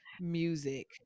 music